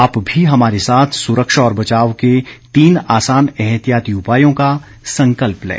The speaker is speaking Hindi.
आप भी हमारे साथ सुरक्षा और बचाव के तीन आसान एहतियाती उपायों का संकल्प लें